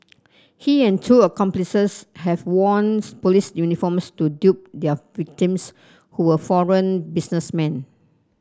he and two accomplices had worn's police uniforms to dupe their victims who were foreign businessmen